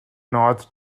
north